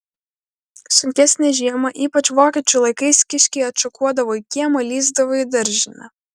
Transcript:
sunkesnę žiemą ypač vokiečių laikais kiškiai atšokuodavo į kiemą lįsdavo į daržinę